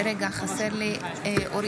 55 בעד, 41 נגד.